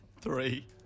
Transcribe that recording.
Three